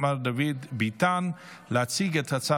ותעבור לדיון בוועדת העבודה והרווחה להכנתה לקריאה השנייה והשלישית.